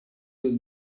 del